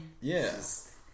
Yes